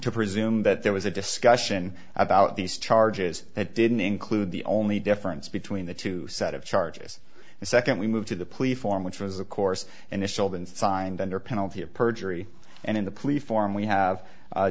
to presume that there was a discussion about these charges that didn't include the only difference between the two set of charges and second we moved to the police form which was of course initial been signed under penalty of perjury and in the police form we have